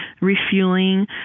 refueling